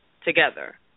together